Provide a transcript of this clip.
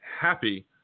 happy